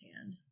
hand